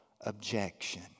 objection